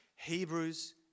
Hebrews